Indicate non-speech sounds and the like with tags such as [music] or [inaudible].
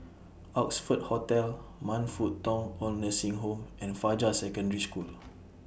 Oxford Hotel Man Fut Tong Oid Nursing Home and Fajar Secondary School [noise]